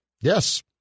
Yes